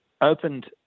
opened